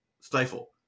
Stifle